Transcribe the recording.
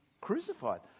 crucified